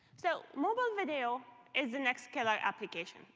so mobile video is the next killer application,